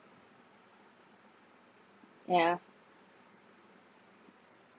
yeah